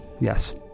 Yes